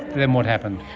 then what happened?